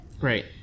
Right